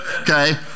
okay